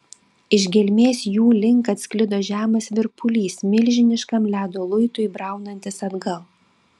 iš gelmės jų link atsklido žemas virpulys milžiniškam ledo luitui braunantis atgal